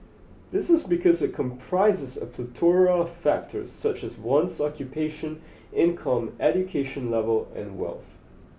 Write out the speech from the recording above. this is because it comprises a plethora of factors such as one's occupation income education level and wealth